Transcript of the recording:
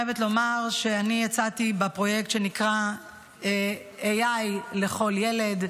אז כאן אני חייבת לומר שאני יצאתי בפרויקט שנקרא AI לכל ילד,